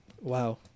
wow